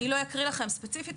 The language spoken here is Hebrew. אני לא אקריא לכם ספציפית,